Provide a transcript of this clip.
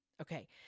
Okay